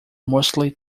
mostly